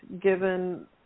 given